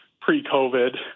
pre-COVID